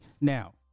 now